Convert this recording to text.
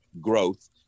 growth